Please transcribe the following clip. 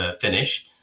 finish